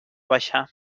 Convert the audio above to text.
baixar